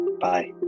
Bye